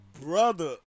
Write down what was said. brother